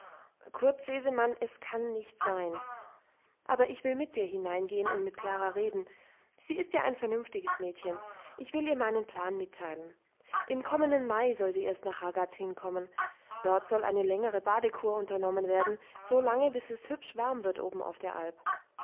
kurz sesemann es kann nicht sein aber ich will mit dir hineingehen und mit klara reden sie ist ja ein vernünftiges mädchen ich will ihr meinen plan mitteilen im kommenden mai soll sie erst nach ragaz hinkommen dort soll eine längere badekur unternommen werden so lange bis es hübsch warm wird oben auf der alp